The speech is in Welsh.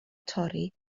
torri